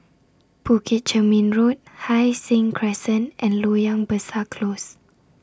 Bukit Chermin Road Hai Sing Crescent and Loyang Besar Close